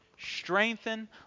strengthen